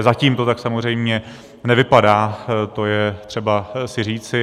Zatím to tak samozřejmě nevypadá, to je třeba si říci.